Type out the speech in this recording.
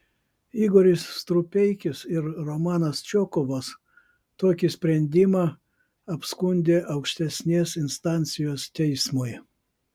igoris strupeikis ir romanas čokovas tokį sprendimą apskundė aukštesnės instancijos teismui